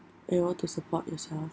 able to support yourself